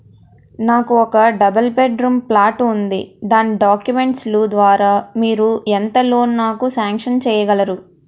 నాకు ఒక double bed room flat ఉంది దాని డాక్యుమెంట్స్ లు ద్వారా మీరు ఎంత లోన్ నాకు సాంక్షన్ చేయగలరు?